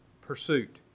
pursuit